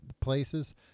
places